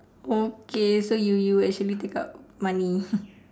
okay so you you actually take out money